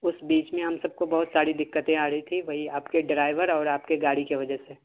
اس بیچ میں ہم سب کو بہت ساری دققتیں آ رہی تھیں وہی آپ کے ڈرائیور اور آپ کے گاڑی کی وجہ سے